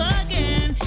again